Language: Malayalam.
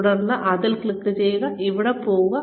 തുടർന്ന് ഇതിൽ ക്ലിക്ക് ചെയ്യുക ഇവിടെ പോകുക